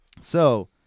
So-